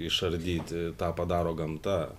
išardyti tą padaro gamta